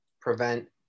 prevent